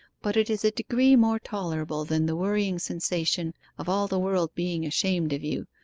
but it is a degree more tolerable than the worrying sensation of all the world being ashamed of you,